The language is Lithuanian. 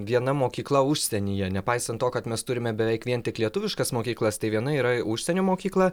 viena mokykla užsienyje nepaisant to kad mes turime beveik vien tik lietuviškas mokyklas tai viena yra užsienio mokykla